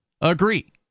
agree